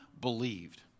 believed